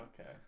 Okay